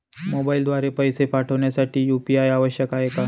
मोबाईलद्वारे पैसे पाठवण्यासाठी यू.पी.आय आवश्यक आहे का?